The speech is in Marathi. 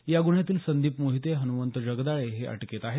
या गुन्ह्यातील संदीप मोहिते हनुमंत जगदाळे हे अटकेत आहेत